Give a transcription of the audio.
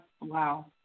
wow